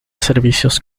servicios